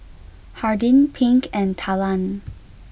Hardin Pink and Talan